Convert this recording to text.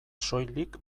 soilik